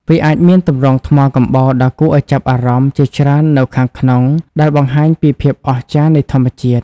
វាអាចមានទម្រង់ថ្មកំបោរដ៏គួរឱ្យចាប់អារម្មណ៍ជាច្រើននៅខាងក្នុងដែលបង្ហាញពីភាពអស្ចារ្យនៃធម្មជាតិ។